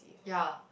ya